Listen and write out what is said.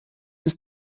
des